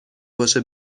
باشه